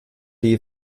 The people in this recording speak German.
der